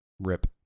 Rip